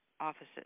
offices